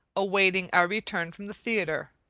awaiting our return from the theatre.